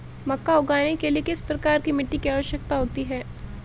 मक्का उगाने के लिए किस प्रकार की मिट्टी की आवश्यकता होती है?